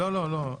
לא, לא.